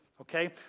okay